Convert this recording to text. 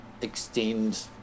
extend